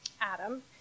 Adam